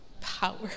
power